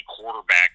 quarterback